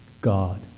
God